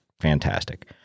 fantastic